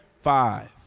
Five